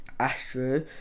astro